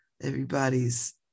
everybody's